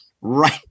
right